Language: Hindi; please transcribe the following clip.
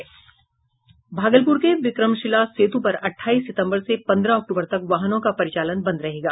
भागलपुर के विक्रमशिला सेतु पर अट्ठाईस सितंबर से पंद्रह अक्टूबर तक वाहनों का परिचालन बंद रहेगा